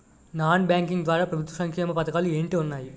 Non banking ద్వారా ప్రభుత్వ సంక్షేమ పథకాలు ఏంటి ఉన్నాయి?